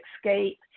escape